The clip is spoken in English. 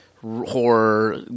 horror